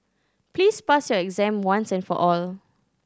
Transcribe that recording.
please pass your exam once and for all